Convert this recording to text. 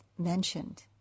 mentioned